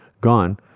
gone